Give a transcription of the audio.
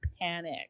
panic